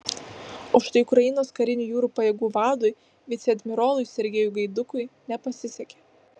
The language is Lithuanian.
o štai ukrainos karinių jūrų pajėgų vadui viceadmirolui sergejui gaidukui nepasisekė